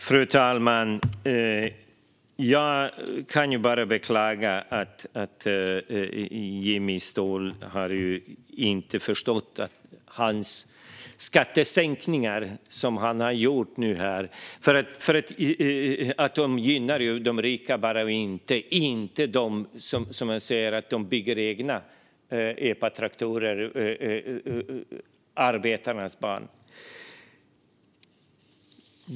Fru talman! Jag kan bara beklaga att Jimmy Ståhl inte har förstått att hans skattesänkningar bara gynnar de rika och inte de som bygger egna epatraktorer - arbetarnas barn.